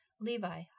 Levi